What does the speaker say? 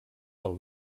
del